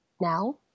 now